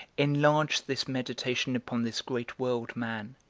enlarge this meditation upon this great world, man,